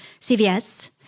CVS